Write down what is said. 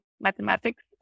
mathematics